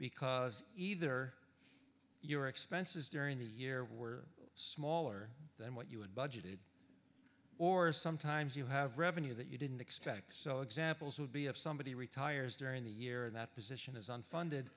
because either your expenses during the year were smaller than what you had budgeted or sometimes you have revenue that you didn't expect so examples would be if somebody retires during the year that position is unfunded